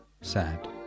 sad